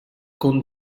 con